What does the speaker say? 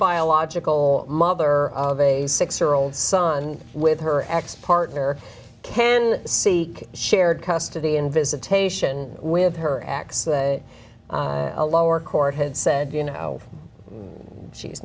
biological mother of a six year old son with her ex partner can see shared custody and visitation with her x say a lower court had said you know she's